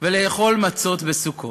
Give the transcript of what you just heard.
ולאכול מצות בסוכות.